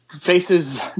faces